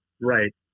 Right